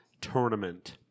Tournament